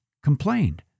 Complained